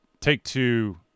Take-Two